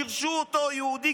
יהודי,